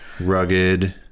rugged